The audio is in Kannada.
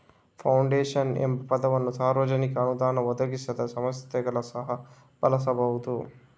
ಫೌಂಡೇಶನ್ ಎಂಬ ಪದವನ್ನು ಸಾರ್ವಜನಿಕ ಅನುದಾನ ಒದಗಿಸದ ಸಂಸ್ಥೆಗಳು ಸಹ ಬಳಸಬಹುದು